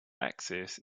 access